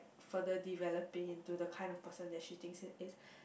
further developing into the kind of person that she thinks it is